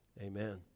Amen